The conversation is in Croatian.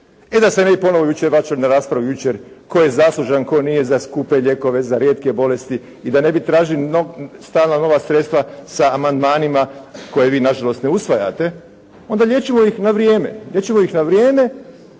E da se ne bi ponovo jučer vraćali na raspravu jučer tko je zaslužan, tko nije za skupe lijekove, za rijetke bolesti i da ne bi tražili stalna nova sredstva sa amandmanima koje vi nažalost ne usvajate onda liječimo ih na vrijeme. Liječimo ih na vrijeme